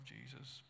Jesus